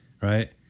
right